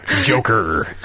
Joker